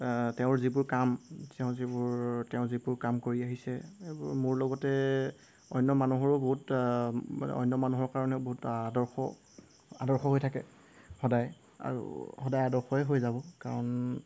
তেওঁৰ যিবোৰ কাম তেওঁ যিবোৰ তেওঁ যিবোৰ কাম কৰি আহিছে এইবোৰ মোৰ লগতে অন্য মানুহৰো বহুত মানে অন্য মানুহৰ কাৰণেও বহুত আদৰ্শ আদৰ্শ হৈ থাকে সদায় আৰু সদায় আদৰ্শই হৈ যাব কাৰণ